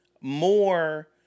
more